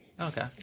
Okay